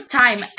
time